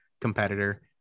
competitor